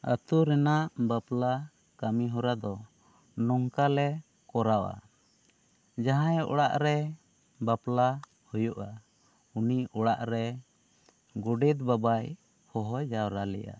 ᱟᱛᱳ ᱨᱮᱱᱟᱜ ᱵᱟᱯᱞᱟ ᱠᱟᱹᱢᱤ ᱦᱚᱨᱟ ᱫᱚ ᱱᱚᱝᱠᱟ ᱞᱮ ᱠᱚᱨᱟᱣᱟ ᱡᱟᱦᱟᱸᱭᱟᱜ ᱚᱲᱟᱜ ᱨᱮ ᱵᱟᱯᱞᱟ ᱦᱩᱭᱩᱜᱼᱟ ᱩᱱᱤ ᱚᱲᱟᱜ ᱨᱮ ᱜᱚᱰᱮᱛ ᱵᱟᱵᱟᱭ ᱦᱚᱦᱚ ᱡᱟᱨᱣᱟ ᱞᱮᱭᱟ